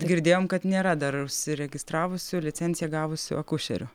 girdėjom kad nėra dar užsiregistravusių ir licenciją gavusių akušerių